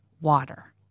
water